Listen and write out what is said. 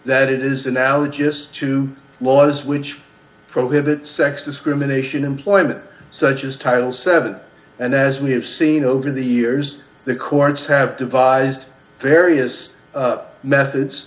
that it is analogous to laws which prohibit sex discrimination employment such as title seven and as we have seen over the years the courts have devised various methods